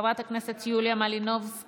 חברת הכנסת יוליה מלינובסקי,